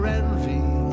envy